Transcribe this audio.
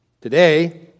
Today